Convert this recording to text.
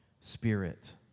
spirit